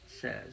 says